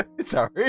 Sorry